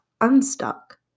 unstuck